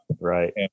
Right